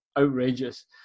outrageous